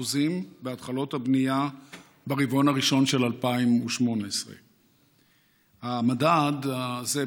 בהתחלות הבנייה ברבעון הראשון של 2018. המדד הזה,